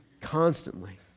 constantly